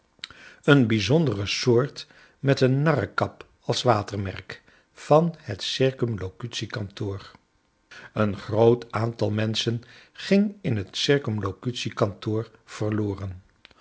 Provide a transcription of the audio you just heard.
een bijzondere soort met een narrekap als watermerk van het circumlocutie kantoor een groot aantal menschen ging in het circumlocutie kantoor verloren